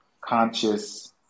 conscious